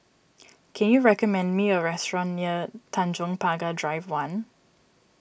can you recommend me a restaurant near Tanjong Pagar Drive one